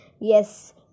Yes